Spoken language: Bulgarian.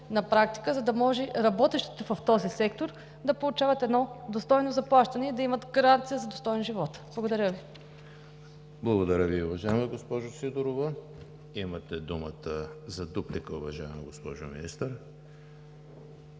на практика, за да може работещите в този сектор да получават едно достойно заплащане и да имат гаранция за достоен живот. Благодаря Ви. ПРЕДСЕДАТЕЛ ЕМИЛ ХРИСТОВ: Благодаря Ви, уважаема госпожо Сидорова. Имате думата за дуплика, уважаема госпожо Министър.